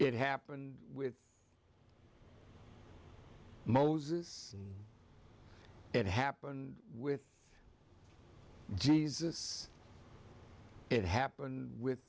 it happened with moses it happened with jesus it happened with